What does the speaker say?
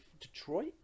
Detroit